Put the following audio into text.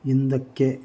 ಹಿಂದಕ್ಕೆ